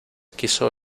quiso